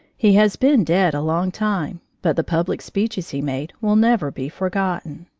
he has been dead a long time, but the public speeches he made will never be forgotten.